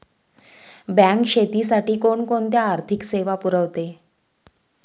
Bank शेतीसाठी कोणकोणत्या आर्थिक सेवा पुरवते?